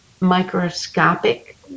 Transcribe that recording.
microscopic